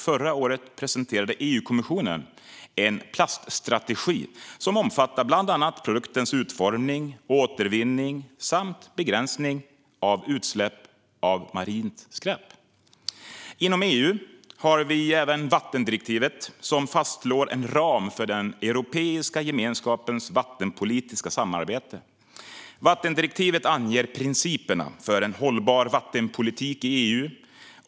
Förra året presenterade dessutom EU-kommissionen en plaststrategi som bland annat omfattar produktens utformning, återvinning samt begränsning av utsläpp av marint skräp. Inom EU har vi även vattendirektivet, som fastslår en ram för den europeiska gemenskapens vattenpolitiska samarbete. Vattendirektivet anger principerna för en hållbar vattenpolitik i EU.